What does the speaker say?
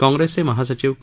काँग्रसेचे महासचिव के